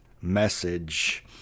message